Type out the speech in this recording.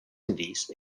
indies